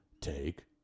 Take